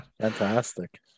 Fantastic